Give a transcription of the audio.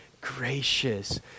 gracious